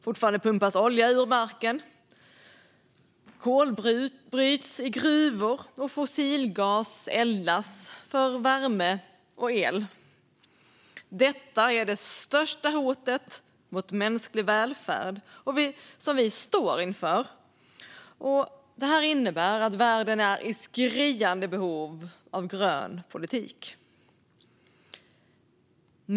Fortfarande pumpas olja ur marken, kol bryts i gruvor och fossilgas eldas för värme och el. Detta är det största hotet mot mänsklig välfärd som vi står inför. Det innebär att världen är i skriande behov av grön politik.